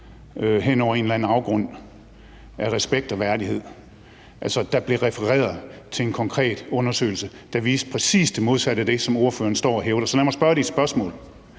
hen over en eller anden afgrund af respekt og værdighed. Der bliver refereret til en konkret undersøgelse, der viste præcis det modsatte af det, som ordføreren står og hævder. Så lad mig formulere det som